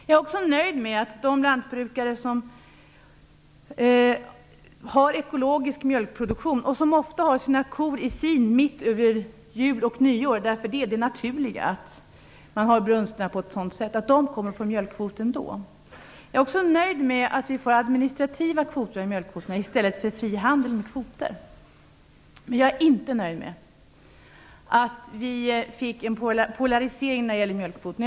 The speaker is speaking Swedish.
Jag är också nöjd med att de lantbrukare som har ekologisk mjölkproduktion och som ofta har sina kor i sin under jul och nyår - vilket är det naturliga - ändock kommer att få en mjölkkvot. Jag är också nöjd med att det blir administrativa kvoter när det gäller mjölkkvoter i stället för fri handel med kvoter. Däremot är jag inte nöjd med att vi har fått en polarisering av mjölkkvoterna.